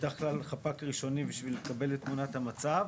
בדרך כלל חפ"ק ראשוני בשביל לקבל את תמונת המצב,